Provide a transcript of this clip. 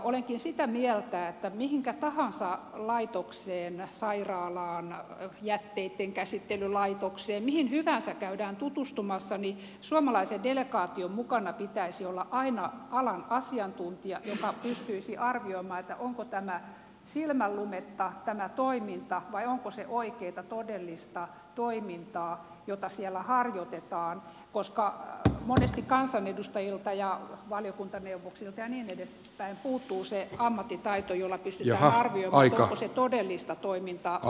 olenkin sitä mieltä että mihinkä tahansa laitokseen sairaalaan jätteittenkäsittelylaitokseen mihin hyvänsä käydään tutustumassa niin suomalaisen delegaation mukana pitäisi aina olla alan asiantuntija joka pystyisi arvioimaan onko tämä toiminta silmänlumetta vai onko se oikeata todellista toimintaa jota siellä harjoitetaan koska monesti kansanedustajilta ja valiokuntaneuvoksilta ja niin edespäin puuttuu se ammattitaito jolla pystytään arvioimaan onko se todellista toimintaa